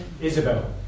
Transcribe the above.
Isabel